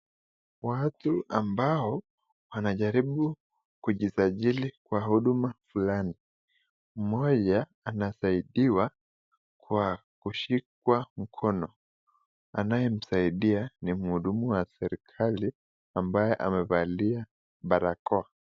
Watu ambao wanajaribu kujisajili kwa huduma fulani, mmoja anasaidiwa kwa kushikwa mkono, anayemsaidia ni mhudumu wa serikali ambaye amevalia barakoa.